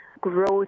growth